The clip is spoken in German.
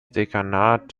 dekanat